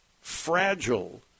fragile